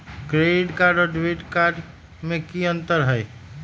Credit card और debit card में की अंतर हई?